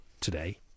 today